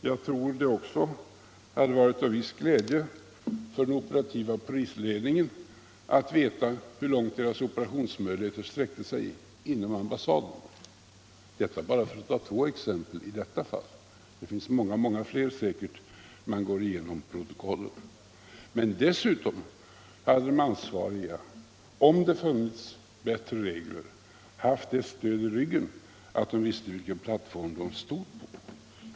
Jag tror att det också hade varit av viss glädje för den operativa polisledningen att veta hur långt dess operationsmöjligheter sträckte sig inom ambassaden. Detta är bara två exempel. Man finner säkerligen många, många fler om man går igenom protokollen. Men dessutom hade de ansvariga, om det funnits bättre regler, haft det stödet i ryggen att de visste vilken plattform de stod på.